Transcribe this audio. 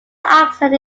accent